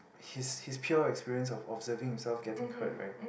his his pure experience of observing himself getting hurt right